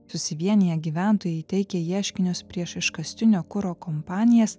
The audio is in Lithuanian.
susivieniję gyventojai teikia ieškinius prieš iškastinio kuro kompanijas